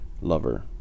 lover